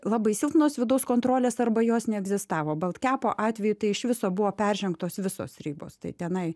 labai silpnos vidaus kontrolės arba jos neegzistavo baltkepo atveju iš viso buvo peržengtos visos ribos tai tenai